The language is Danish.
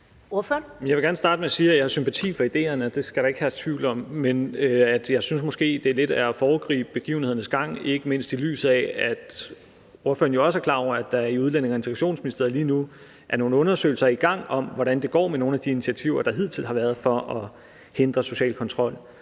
Jeg vil gerne starte med at sige, at jeg har sympati for ideerne. Det skal der ikke herske tvivl om, men jeg synes måske, at det lidt er at foregribe begivenhedernes gang, ikke mindst i lyset af at ordføreren jo også er klar over, at der i Udlændinge- og Integrationsministeriet lige nu er nogle undersøgelser i gang om, hvordan det går med nogle af de initiativer, der hidtil har været for at hindre social kontrol.